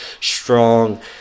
strong